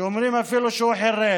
שאומרים אפילו שהוא חירש.